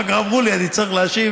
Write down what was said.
אחר כך אמרו לי שאני צריך להשיב,